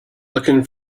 looking